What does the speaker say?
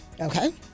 Okay